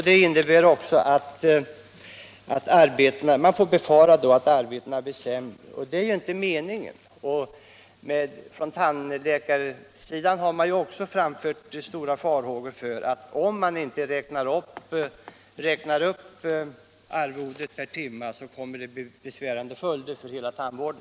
Det kan alltså befaras att arbetena blir sämre, och det är ju inte meningen. Från tandläkarsidan har man också framfört starka farhågor för att det, om arvodet per timme inte räknas upp, kommer att få besvärande följder för hela tandvården.